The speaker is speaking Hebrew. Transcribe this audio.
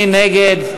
מי נגד?